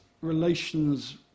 relations